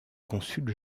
consul